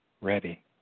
ready